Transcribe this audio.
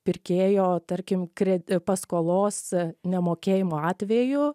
pirkėjo tarkim kre paskolos nemokėjimo atveju